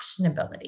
actionability